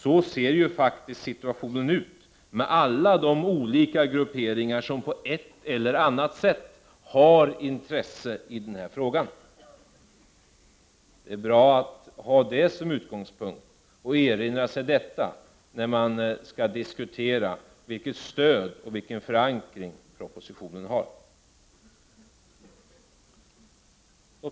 Så ser ju faktiskt situationen ut, med alla de olika grupperingar som på ett eller annat sätt har intresse i den här frågan. Det är bra att ha detta som utgångspunkt och erinra sig det när man skall diskutera vilket stöd och vilken förankring propositionen har. Fru talman!